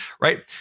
Right